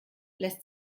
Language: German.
lässt